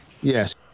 Yes